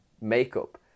makeup